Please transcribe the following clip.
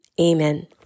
amen